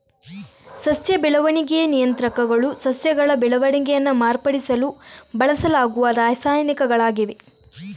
ಸಸ್ಯ ಬೆಳವಣಿಗೆಯ ನಿಯಂತ್ರಕಗಳು ಸಸ್ಯಗಳ ಬೆಳವಣಿಗೆಯನ್ನ ಮಾರ್ಪಡಿಸಲು ಬಳಸಲಾಗುವ ರಾಸಾಯನಿಕಗಳಾಗಿವೆ